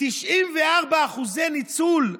94% ניצול.